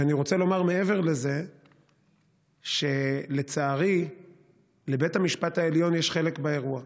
ואני רוצה לומר מעבר לזה שלצערי לבית המשפט העליון יש חלק באירוע,